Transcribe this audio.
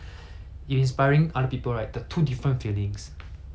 like the satisfact~ satisfaction that you get from